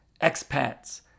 expats